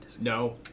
No